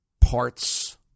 parts